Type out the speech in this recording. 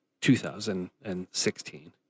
2016